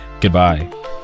Goodbye